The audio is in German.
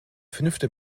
fünfte